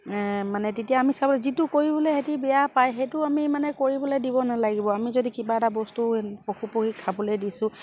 মানে তেতিয়া আমি চাব যিটো কৰিবলৈ সিহঁতে বেয়া পায় সেইটো আমি মানে কৰিবলৈ দিব নালাগিব আমি যদি কিবা এটা বস্তু পশুপক্ষী খাবলৈ দিছো